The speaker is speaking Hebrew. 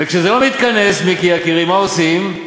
וכשזה לא מתכנס, מיקי יקירי, מה עושים?